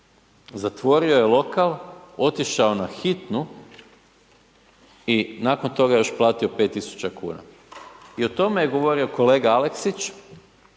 Zatvorio je lokal, otišao na hitnu i nakon toga još platio 5.000,00 kuna. I o tome je govorio kolega Aleksić,